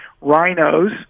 rhinos